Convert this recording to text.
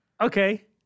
Okay